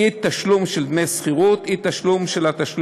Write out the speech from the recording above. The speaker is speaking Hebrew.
אי-תשלום של דמי השכירות,